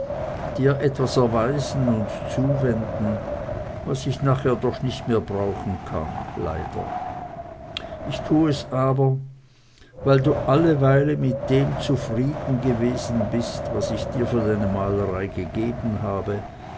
dir etwas erweisen und zuwenden was ich nachher doch nicht mehr brauchen kann leider ich tu es aber weil du alleweile mit dem zufrieden gewesen bist was ich dir für deine malerei gegeben habe